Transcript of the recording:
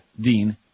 Dean